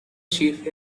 chief